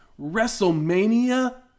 Wrestlemania